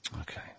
Okay